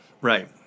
Right